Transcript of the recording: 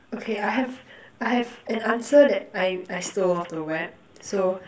okay I have I have an answer that I I stole off the web so